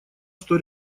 что